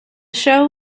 show